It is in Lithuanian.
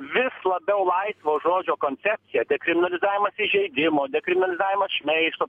vis labiau laisvo žodžio koncepcija dekriminalizavimas įžeidimo dekriminalizavimas šmeižto